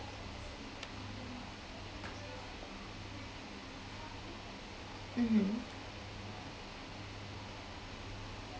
mmhmm